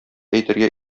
әйтергә